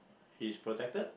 he's protected